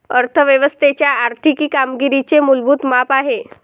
अर्थ व्यवस्थेच्या आर्थिक कामगिरीचे मूलभूत माप आहे